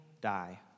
die